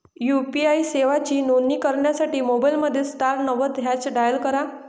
UPI सेवांची नोंदणी करण्यासाठी मोबाईलमध्ये स्टार नव्वद हॅच डायल करा